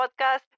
podcast